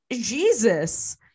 Jesus